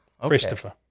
Christopher